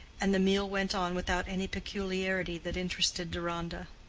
and the meal went on without any peculiarity that interested deronda.